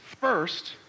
first